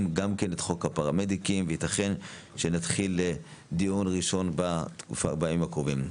גם את חוק הפרמדיקים וייתכן שנתחיל דיון ראשון בימים הקרובים.